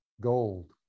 gold